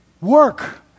Work